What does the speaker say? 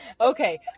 Okay